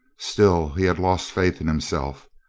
still he had lost faith in him self.